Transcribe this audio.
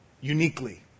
uniquely